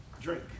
drink